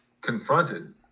confronted